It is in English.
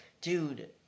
dude